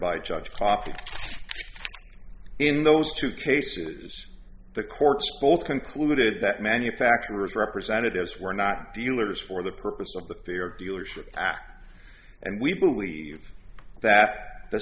coffee in those two cases the court both concluded that manufacturers representatives were not dealers for the purpose of the fair dealership act and we believe that the